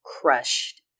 crushed